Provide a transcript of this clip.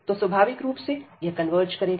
तो स्वाभाविक रूप से यह कन्वर्ज करेगा